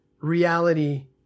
Reality